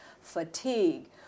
fatigue